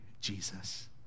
Jesus